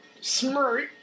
Smart